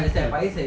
exactly